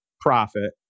profit